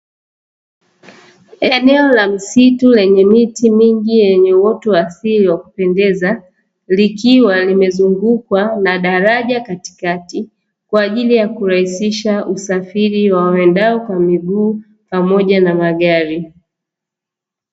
Eneo la misitu lenye miti mingi yenye uwoto wa asili wenye kupendeza likiwa limezungukwa na daraja katikati, kwa ajili ya kulahisisha usafiri wa waendao kwa miguu pamoja na magari.